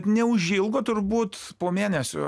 neužilgo turbūt po mėnesio